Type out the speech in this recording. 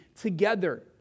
together